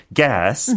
gas